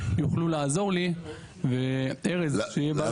שיוכלו לעזור לי, וארז שיהיה בריא.